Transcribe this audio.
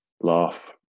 laugh